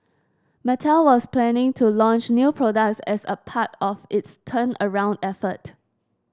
Mattel was planning to launch new products as a part of its turnaround effort